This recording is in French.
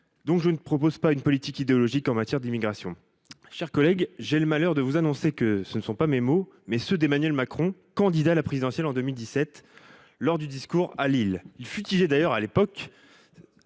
Donc, je ne propose pas une politique idéologique en matière d’immigration. » Mes chers collègues, j’ai le malheur de vous annoncer que ce ne sont pas mes mots ; ce sont ceux d’Emmanuel Macron, candidat à la présidentielle, en 2017 lors d’un meeting à Lille. Il fustigeait d’ailleurs à l’époque